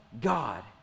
God